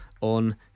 On